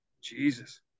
Jesus